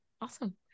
awesome